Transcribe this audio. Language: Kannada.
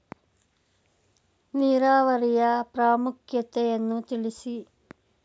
ನೀರಾವರಿಯ ಪ್ರಾಮುಖ್ಯತೆ ಯನ್ನು ತಿಳಿಸಿ?